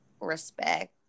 respect